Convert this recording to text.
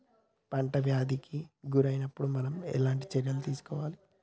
పంట వ్యాధి కి గురి అయినపుడు మనం ఎలాంటి చర్య తీసుకోవాలి?